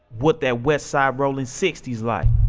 what that west side rollin sixty s like?